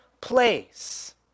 place